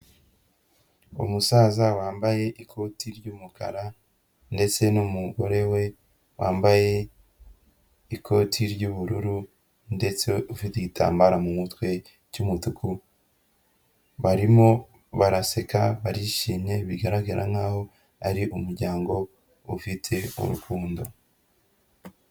Umusaza wambaye ikoti ry'umukara ndetse n'umugore we wambaye ikoti ry'ubururu ndetse ufite igitambara mu mutwe cy'umutuku, barimo baraseka, barishimye, bigaragara nkaho ari umuryango ufite urukundo.